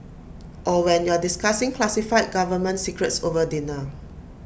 or when you're discussing classified government secrets over dinner